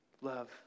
Love